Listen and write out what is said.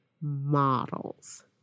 models